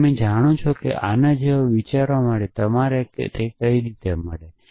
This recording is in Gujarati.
તમે જાણો છો કે આના જેવા વિચારવા માટે તમને તે કેવી રીતે મળે છે